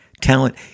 talent